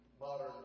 modern